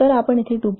तर आपण येथे 2